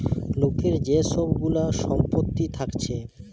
লোকের যে সব গুলা সম্পত্তি থাকছে